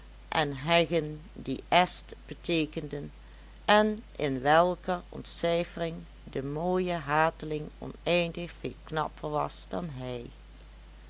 en heggen die est beteekenden en in welker ontcijfering de mooie hateling oneindig veel knapper was dan hij